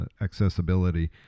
accessibility